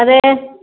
അതെ